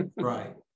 Right